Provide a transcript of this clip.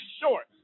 short